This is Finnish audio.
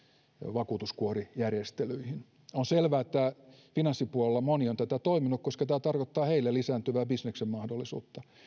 vakuutuskuorijärjestelyihin on selvää että finanssipuolella moni on tätä toivonut koska tämä tarkoittaa heille lisääntyvää bisneksen mahdollisuutta